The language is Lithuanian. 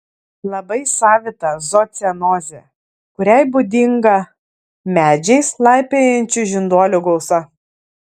labai savita zoocenozė kuriai būdinga medžiais laipiojančių žinduolių gausa